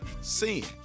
sin